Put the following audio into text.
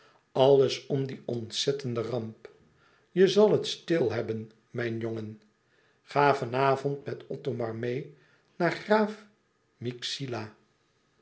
alles om den ontzettenden ramp je zal het stil hebben mijn jongen ga van avond met othomar meê naar graaf myxila